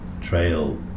trail